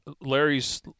Larry's